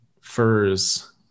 furs